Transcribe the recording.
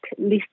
list